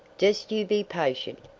jest you be patient,